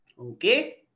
Okay